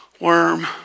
worm